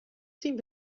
seem